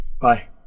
Bye